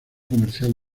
comercial